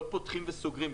לא פותחים וסוגרים.